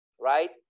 right